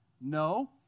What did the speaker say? No